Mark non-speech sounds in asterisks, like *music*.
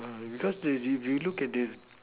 *noise* because it is if you look at this